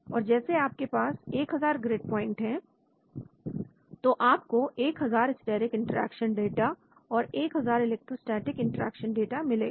तो जैसे आपके पास 1000 ग्रिड प्वाइंट है तो आपको 1000 स्टेरिक इंटरेक्शन डाटा और 1000 इलेक्ट्रोस्टेटिक इंटरेक्शन डाटा मिलेगा